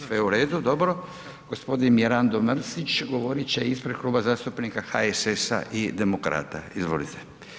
Sve u redu, dobro, g. Mirando Mrsić govorit će ispred Kluba zastupnika HSS-a i Demokrata, izvolite.